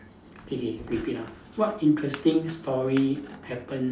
K K repeat ah what interesting story happened